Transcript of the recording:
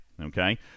okay